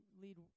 lead